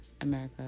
america